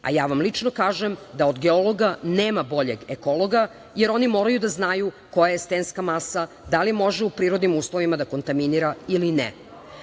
a ja vam lično kažem da od geologa nema boljeg ekologa, jer oni moraju da znaju koja je stenska masa, da li može u prirodnim uslovima da kontaminira ili ne. Mi